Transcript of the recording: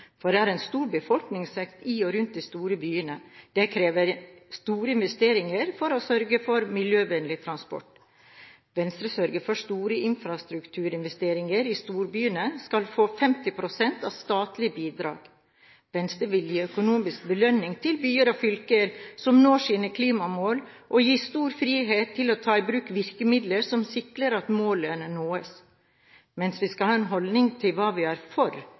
disse spørsmålene. Det er stor befolkningsvekst i og rundt de store byene. Det krever store investeringer for å sørge for miljøvennlig transport. Venstre sørger for at store infrastrukturinvesteringer i storbyene skal få 50 pst. statlige bidrag. Venstre vil gi økonomisk belønning til byer og fylker som når sine miljømål, og gir dem stor frihet til å ta i bruk virkemidler som sikrer at målene nås. Vi skal ha en holdning til hva vi er for: